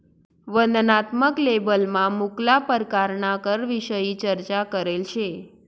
वर्णनात्मक लेबलमा मुक्ला परकारना करविषयी चर्चा करेल शे